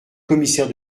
commissaire